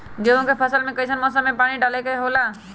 गेहूं के फसल में कइसन मौसम में पानी डालें देबे के होला?